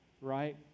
Right